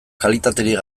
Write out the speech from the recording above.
kalitaterik